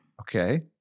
Okay